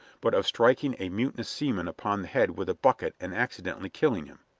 but of striking a mutinous seaman upon the head with a bucket and accidentally killing him.